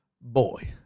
boy